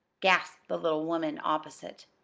gasped the little woman opposite.